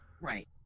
Right